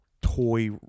toy